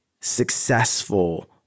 successful